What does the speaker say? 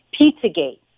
Pizzagate